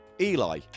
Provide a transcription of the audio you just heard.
Eli